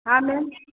हाँ मैम